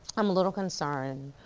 i'm a little concerned.